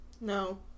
No